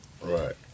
Right